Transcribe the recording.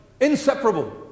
Inseparable